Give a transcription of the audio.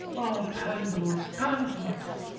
pangloss! pangloss!